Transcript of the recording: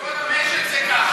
בכל המשק זה ככה.